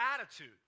attitude